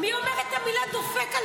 תתביישו לכם.